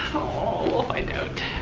oh, we'll find out.